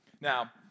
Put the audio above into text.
Now